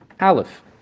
Aleph